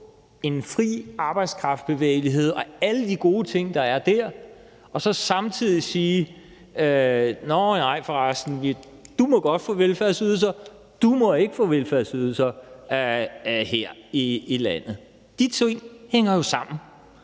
få arbejdskraftens fri bevægelighed og alle de gode ting, der er dér, og så samtidig sige: Nå nej, for resten, du må godt få velfærdsydelser; du må ikke få velfærdsydelser her i landet. De ting hænger jo sammen.